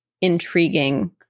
intriguing